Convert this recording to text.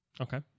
Okay